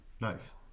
Nice